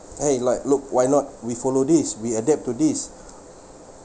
!hey! like look why not we follow this we adapt to this